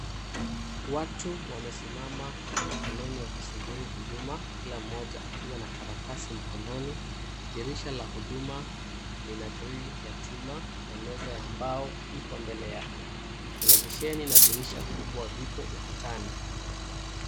Watu wamesimama kwenye foleni wakisubiri huduma kila mmoja akiwa na karatasi mkononi, dirisha la huduma lina grili ya chuma na meza ya mbao ipo mbele yake, televisheni na dirisha kubwa vipo ukutani.